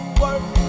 work